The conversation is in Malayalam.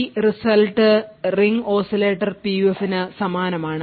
ഈ റിസൾട്ട് റിംഗ് ഓസിലേറ്റർ PUF ന് സമാനമാണ്